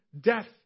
death